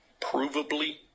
provably